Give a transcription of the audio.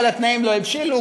אבל התנאים לא הבשילו,